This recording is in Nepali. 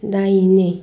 दाहिने